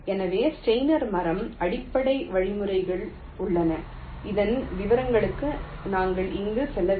எனவே ஸ்டைனர் மரம் அடிப்படை வழிமுறைகள் உள்ளன இதன் விவரங்களுக்கு நாங்கள் இங்கு செல்லவில்லை